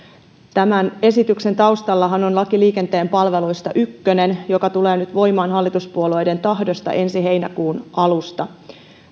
tämän esityksen taustallahan on laki liikenteen palveluista ykkönen joka tulee nyt voimaan hallituspuolueiden tahdosta ensi heinäkuun alusta